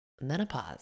menopause